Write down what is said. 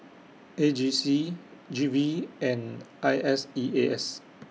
A G C G V and I S E A S